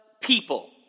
people